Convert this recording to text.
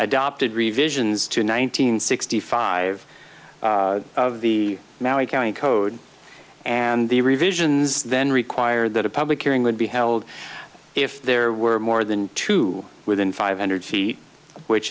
adopted revisions to nine hundred sixty five of the maui county code and the revisions then required that a public hearing would be held if there were more than two within five hundred feet which